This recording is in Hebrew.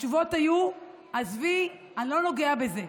התשובות היו: עזבי, אני לא נוגע בזה.